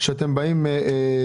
אתם לוקחים מסעיף